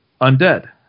undead